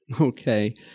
Okay